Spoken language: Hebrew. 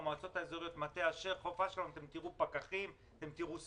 במועצות האזוריות מטה אשר וחוף אשקלון תראו פקחים וסימונים.